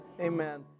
Amen